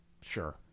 Sure